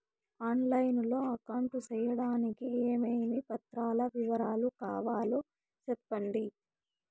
On line లో account సేయడానికి ఏమేమి పత్రాల వివరాలు కావాలో సెప్పండి?